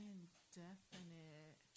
Indefinite